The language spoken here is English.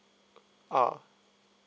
ah